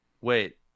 wait